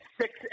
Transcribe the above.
six